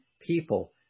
people